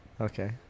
okay